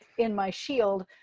in my shield,